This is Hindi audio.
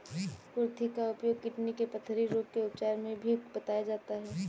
कुर्थी का उपयोग किडनी के पथरी रोग के उपचार में भी बताया जाता है